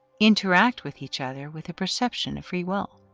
interact with each other with a perception of free will.